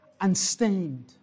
unstained